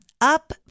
up